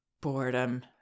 Boredom